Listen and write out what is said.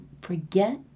forget